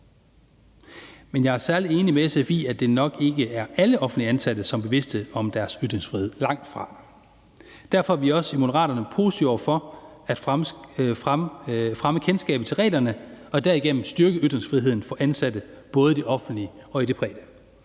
Men jeg er særlig enig med SF i, at det nok ikke er alle offentligt ansatte, som er bevidste om deres ytringsfrihed, langtfra. Derfor er vi også i Moderaterne positive over for at fremme kendskabet til reglerne og derigennem styrke ytringsfriheden for ansatte, både i det offentlige og i det private.